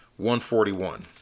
141